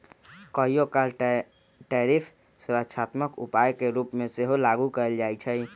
कहियोकाल टैरिफ सुरक्षात्मक उपाय के रूप में सेहो लागू कएल जाइ छइ